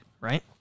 right